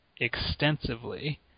extensively